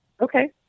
okay